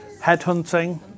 Headhunting